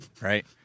right